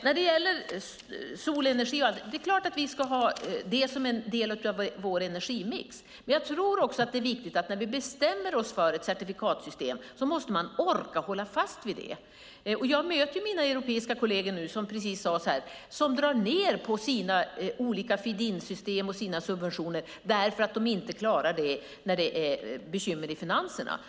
När det gäller solenergi är det klart att vi ska ha det som en del av vår energimix. Men jag tror också att det är viktigt att när vi bestämmer oss för ett certifikatsystem måste vi orka hålla fast vid det. Jag möter nu mina europeiska kolleger som drar ned på sina olika feed in-system och sina subventioner, därför att de inte klarar dem när det är bekymmer med finanserna.